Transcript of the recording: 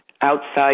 outside